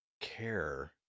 care